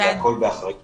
והכל באחריות